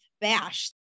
bash